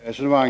Fru talman!